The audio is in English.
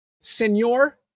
Senor